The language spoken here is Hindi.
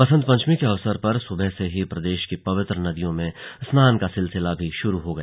बसंत पंचमी के अवसर पर सुबह से ही प्रदेश की पवित्र नदियों में स्नान का सिलसिला भी शुरू हो गया